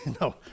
no